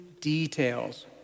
details